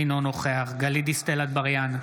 אינו נוכח גלית דיסטל אטבריאן,